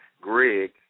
Greg